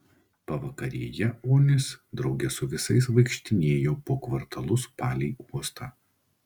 pavakarėje onis drauge su visais vaikštinėjo po kvartalus palei uostą